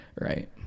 Right